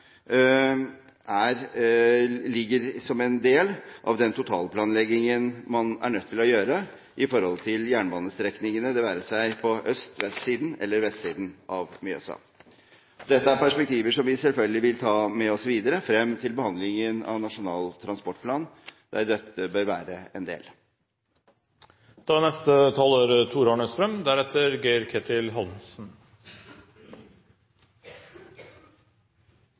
ligger som en del av den totalplanleggingen man er nødt til å gjøre i forhold til jernbanestrekningene, det være seg på østsiden eller vestsiden av Mjøsa. Dette er perspektiver som vi selvfølgelig vil ta med oss videre frem til behandlingen av Nasjonal transportplan, der dette bør være en